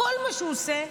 כל מה שהוא עושה,